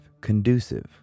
Conducive